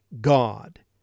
God